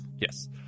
Yes